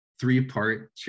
three-part